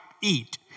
eat